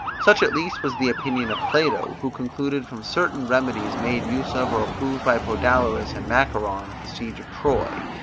such at least was the opinion of plato, who concluded from certain remedies made use of or approved by podalyrus and macaon at the siege of troy,